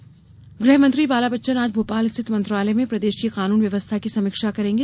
गहमंत्री समीक्षा गृह मंत्री बाला बच्चन आज भोपाल स्थित मंत्रालय में प्रदेश की कानून व्यवस्था की समीक्षा करेंगे